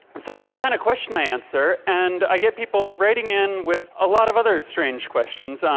so this is the kind of question i answer, and i get people writing in with a lot of other strange questions.